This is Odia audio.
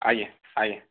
ଆଜ୍ଞା ଆଜ୍ଞା